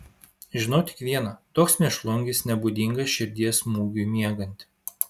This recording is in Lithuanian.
žinau tik viena toks mėšlungis nebūdingas širdies smūgiui miegant